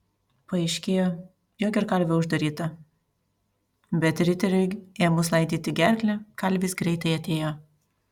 paaiškėjo jog ir kalvė uždaryta bet riteriui ėmus laidyti gerklę kalvis greitai atėjo